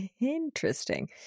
Interesting